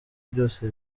byose